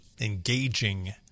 engaging